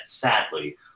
sadly